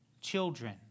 children